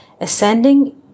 ascending